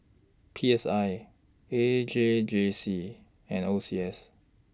P S I A J G C and O C S